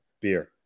beer